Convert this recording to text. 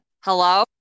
Hello